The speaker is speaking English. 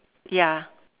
ya